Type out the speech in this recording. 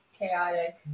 chaotic